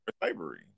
slavery